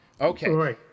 Okay